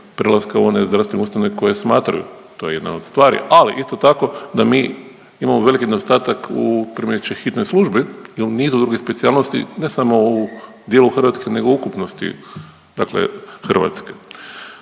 prelaska u one zdravstvene ustanove koje smatraju, to je jedna od stvari, ali isto tako da mi imamo veliki nedostatak u kriminalističkoj hitnoj službi i u nizu drugih specijalnosti ne samo u dijelu Hrvatske, nego u ukupnosti dakle Hrvatske.